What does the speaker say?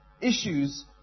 issues